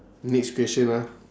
next question ah